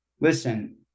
listen